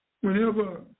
whenever